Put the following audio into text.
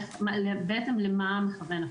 ולמה מכוון החוק.